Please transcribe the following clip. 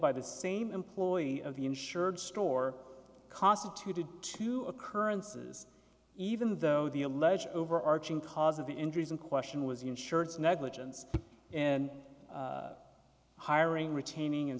by the same employee of the insured store constituted two occurrences even though the alleged overarching cause of the injuries in question was insurance negligence and hiring retaining and